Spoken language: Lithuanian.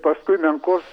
paskui menkos